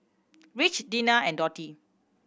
Rich Dena and Dotty